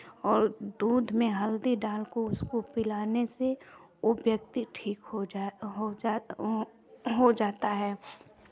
और दूध में हल्दी डाल कर उसको पिलाने से वो व्यक्ति ठीक हो जाए हो जाए वो हो जाता है